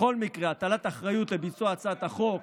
בכל מקרה, הטלת אחריות לביצוע הצעת החוק